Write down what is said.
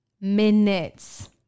minutes